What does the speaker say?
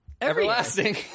everlasting